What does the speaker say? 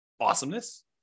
Awesomeness